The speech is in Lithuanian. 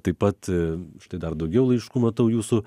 taip pat štai dar daugiau laiškų matau jūsų